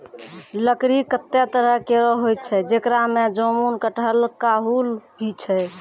लकड़ी कत्ते तरह केरो होय छै, जेकरा में जामुन, कटहल, काहुल भी छै